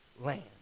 land